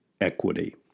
equity